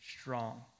strong